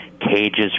cages